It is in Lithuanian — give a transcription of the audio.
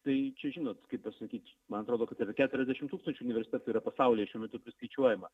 tai čia žinot kaip pasakyt man atrodo kad yra keturiasdešim tūkstančių universitetų yra pasaulyje šiuo metu priskaičiuojama